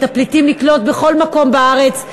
את הפליטים נקלוט בכל מקום בארץ,